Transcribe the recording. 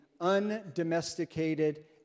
undomesticated